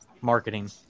marketing